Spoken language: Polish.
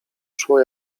szło